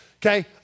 Okay